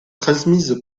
transmise